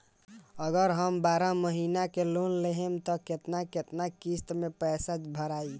अगर हम बारह महिना के लोन लेहेम त केतना केतना किस्त मे पैसा भराई?